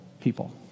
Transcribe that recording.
people